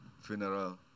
funeral